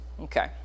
Okay